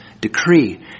decree